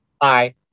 Bye